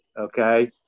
Okay